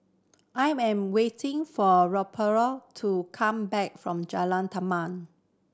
I am waiting for Rudolph to come back from Jalan Taman